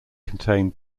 contain